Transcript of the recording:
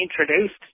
introduced